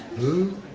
boo!